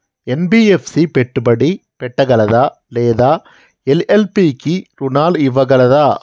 NBFC పెట్టుబడి పెట్టగలదా లేదా ఎల్.ఎల్.పి కి రుణాలు ఇవ్వగలదా?